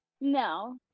No